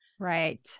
Right